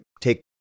Take